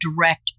direct